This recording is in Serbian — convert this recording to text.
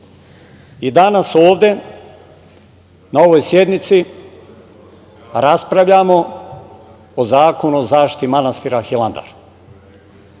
I danas ovde na ovoj sednici raspravljamo o zakonu o zaštiti manastira Hilandar.